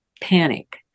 panic